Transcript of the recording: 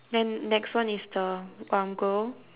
then next one is the uncle